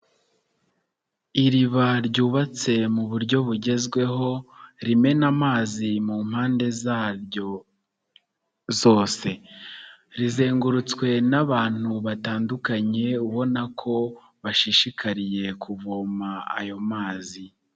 Iriba ryubatse mu buryo bugezweho rimena amazi mu mpande zaryo zose, rizengurutswe n'abantu batandukanye ubona ko bashishikariye kuvoma ayo mazi.